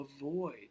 avoid